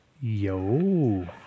Yo